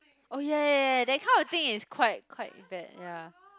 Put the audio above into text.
oh ya ya ya ya that kind of thing is quite quite bad ya